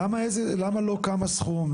למה לא כמה סכום?